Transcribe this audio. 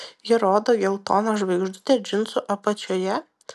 ji rodo geltoną žvaigždutę džinsų apačioje